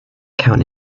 count